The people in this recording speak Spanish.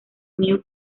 new